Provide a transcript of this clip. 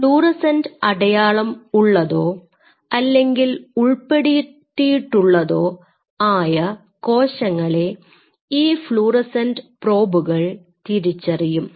fluorescent അടയാളം ഉള്ളതോ അല്ലെങ്കിൽ ഉൾപ്പെടുത്തിയിട്ടുള്ളതോ ആയ കോശങ്ങളെ ഈ ഫ്ലൂറോസെന്റ് പ്രോബുകൾ തിരിച്ചറിയും